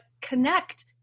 connect